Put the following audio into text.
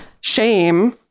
shame